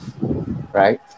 right